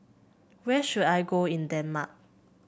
where should I go in Denmark